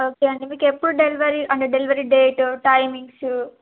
okay అండి మీకు ఎప్పుడు డెలివరీ అంటే డెలివరీ డేటు టైమింగ్సు